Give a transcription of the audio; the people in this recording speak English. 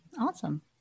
Awesome